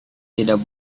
tidak